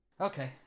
okay